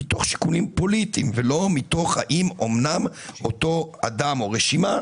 מתוך שיקולים פוליטיים ולא מתוך המחשבה האם אמנם אותו אדם או רשימה